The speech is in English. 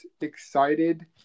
excited